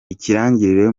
ikirangirire